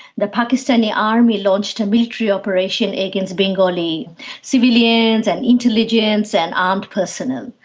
the pakistani army launched a military operation against bengali civilians and intelligence and armed personnel.